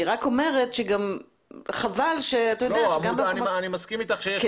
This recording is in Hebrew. אני רק אומרת שחבל שגם --- אני מסכים איתך שיש